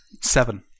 Seven